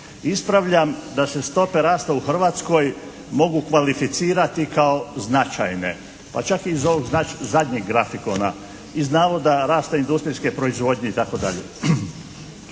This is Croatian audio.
Ispravljam da se stope rasta u Hrvatskoj mogu kvalificirati kao značajne, pa čak i iz ovog zadnjeg grafikona iz navoda rasta industrijske proizvodnje itd.